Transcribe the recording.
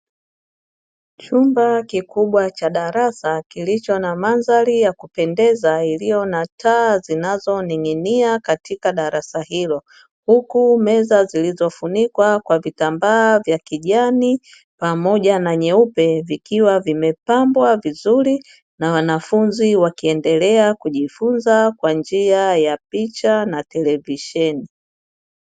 Chumba kikubwa cha darasa kilicho na mandhari ya kupendeza iliyo na taa zinazoning'inia katika darasa hilo, huku meza zilizofunikwa kwa vitambaa vya kijani pamoja na nyeupe, vikiwa vimepambwa vizuri na wanafunzi wakiendelea kujifunza kwa njia ya picha na televisheni.